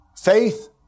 Faith